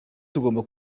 tugomba